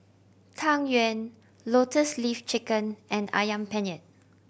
Tang Yuen Lotus Leaf Chicken and Ayam Penyet